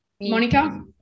Monica